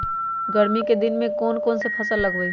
गर्मी के दिन में कौन कौन फसल लगबई?